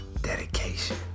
Dedication